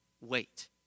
wait